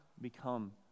become